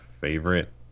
favorite